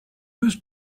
was